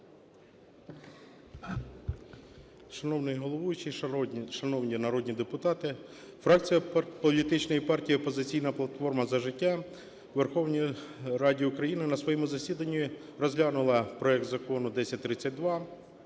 Шановний головуючий, шановні народні депутати, фракція політичної партії "Опозиційна платформа – За життя" у Верховній Раді України на своєму засіданні розглянула проект Закону 1032,